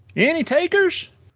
any takers?